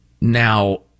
Now